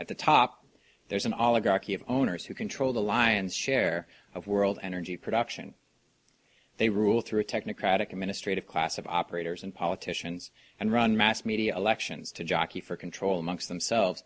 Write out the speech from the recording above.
at the top there is an oligarchy of owners who control the lion's share of world energy production they rule through technocratic administrative class of operators and politicians and run mass media elections to jockey for control amongst themselves